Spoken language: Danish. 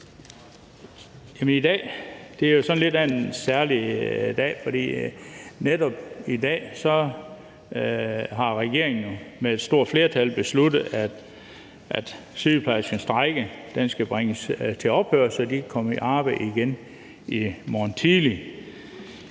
I dag er sådan lidt af en særlig dag, for netop i dag har regeringen jo med et stort flertal besluttet, at sygeplejerskernes strejke skal bringes til ophør, så de kan komme i arbejde igen i morgen tidlig.